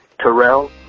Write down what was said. Terrell